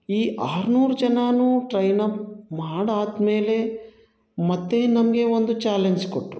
ಈ ಆರ್ನೂರು ಜನರೂ ಟ್ರೈನ್ ಅಪ್ ಮಾಡಾದ್ಮೇಲೆ ಮತ್ತೆ ನಮಗೆ ಒಂದು ಚಾಲೆಂಜ್ ಕೊಟ್ಟರು